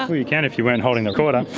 ah you can if you weren't holding the recorder.